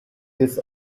this